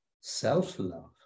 self-love